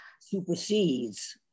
supersedes